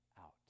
out